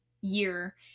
year